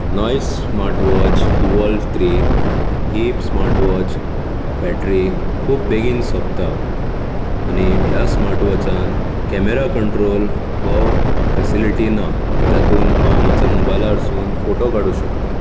noise smartwatch evolve three ही smartwatch battery खूब बेगीन सोंपता आनी ह्या स्मार्टवॉचांत कॅमेरा कंट्रोल हो फॅसिलिटी ना जातूंत हांव म्हज्या मोबायलारसून फोटो काडूंक शकता